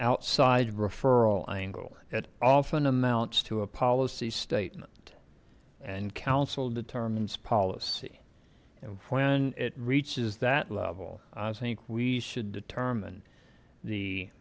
outside referral angle it often amounts to a policy statement and counsel determines policy when it reaches that level i think we should determine the